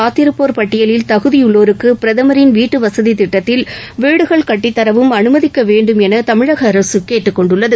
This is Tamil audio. காத்திருப்போர் பட்டியலில் தகுதியுள்ளோருக்கு பிரதமரின் வீட்டுவசதித் திட்டத்தில் வீடுகள் கட்டித்தரவும் அனுமதிக்க வேண்டும் என தமிழக அரசு கேட்டுக்கொண்டுள்ளது